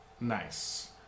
Nice